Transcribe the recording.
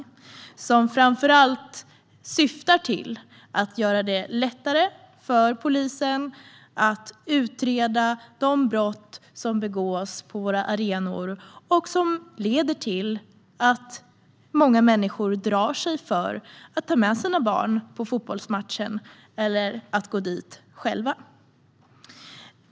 Det syftar framför allt till att göra det lättare för polisen att utreda de brott som begås på våra arenor och som leder till att många människor drar sig för att ta med sig sina barn på fotbollsmatchen eller för att gå dit själva.